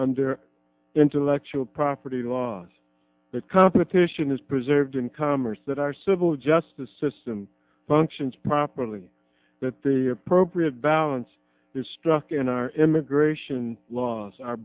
under intellectual property laws the competition is preserved in commerce that our civil justice system functions properly that the appropriate balance is struck in our immigration laws